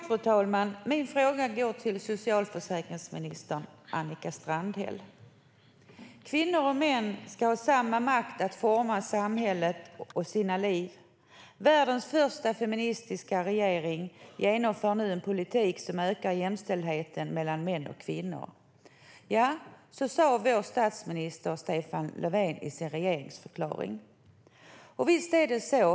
Fru talman! Min fråga går till socialförsäkringsminister Annika Strandhäll. Kvinnor och män ska ha samma makt att forma samhället och sina liv. Världens första feministiska regering genomför nu en politik som ökar jämställdheten mellan män och kvinnor. Ja, så sa vår statsminister Stefan Löfven i sin regeringsförklaring. Visst är det så.